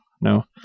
No